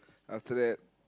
after that